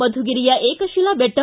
ಮಧುಗಿರಿಯ ಏಕತಿಲಾ ಬೆಟ್ಟ